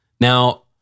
Now